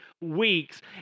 weeks